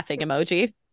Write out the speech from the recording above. emoji